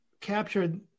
captured